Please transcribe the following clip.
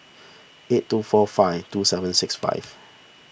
eight two four five two seven six five